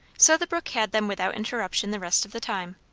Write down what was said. so the brook had them without interruption the rest of the time.